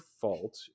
fault